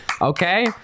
Okay